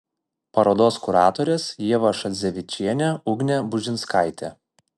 parodos kuratorės ieva šadzevičienė ugnė bužinskaitė